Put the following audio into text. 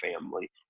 family